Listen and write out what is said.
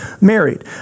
married